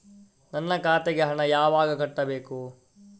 ನನ್ನ ಖಾತೆಗೆ ಹಣ ಯಾವಾಗ ಕಟ್ಟಬೇಕು?